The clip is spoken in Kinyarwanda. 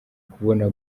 kubona